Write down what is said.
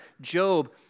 Job